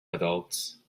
adults